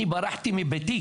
אני ברחתי מביתי,